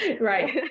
Right